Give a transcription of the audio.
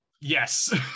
Yes